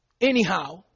anyhow